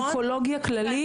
אונקולוגיה כללית.